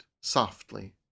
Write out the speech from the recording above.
softly